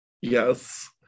yes